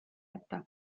jätta